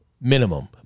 minimum